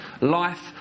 life